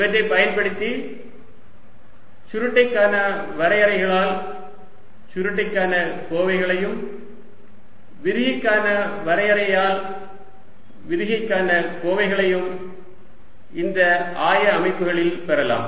இவற்றைப் பயன்படுத்தி சுருட்டைக்கான வரையறைகளால் சுருட்டைக்கான கோவைகளையும் விரிகைக்கான வரையறையால் விரிகைக்கான கோவைகளையும் இந்த ஆய அமைப்புகளில் பெறலாம்